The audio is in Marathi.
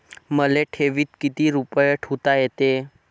मले ठेवीत किती रुपये ठुता येते?